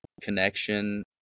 connection